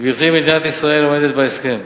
גברתי, מדינת ישראל עומדת בהסכם.